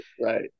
Right